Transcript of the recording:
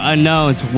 Unknowns